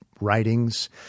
writings